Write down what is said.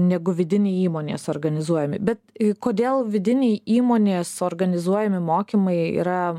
negu vidiniai įmonės organizuojami bet kodėl vidiniai įmonės organizuojami mokymai yra